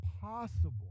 possible